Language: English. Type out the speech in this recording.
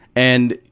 and,